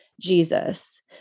Jesus